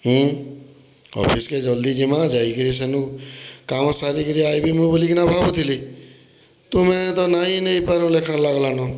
ଅଫିସ୍କେ ଜଲ୍ଦି ଜିମା ଯାଇକିରି ସେନୁ କାମ ସାରିକିରି ଆଇବି ମୁଁ ବୋଲିକିନା ଭାବୁଥିଲି ତୁମେ ତ ନାଇଁ ନେଇପାର ଲେଖାନ୍ ଲାଗ୍ଲା ନ